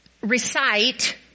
recite